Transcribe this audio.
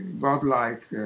godlike